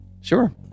Sure